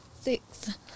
six